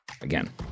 again